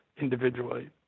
individually